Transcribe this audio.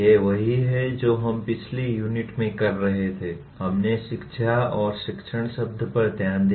ये वही हैं जो हम पिछली यूनिट में कर रहे थे हमने शिक्षा और शिक्षण शब्द पर ध्यान दिया